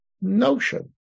notion